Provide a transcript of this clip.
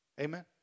Amen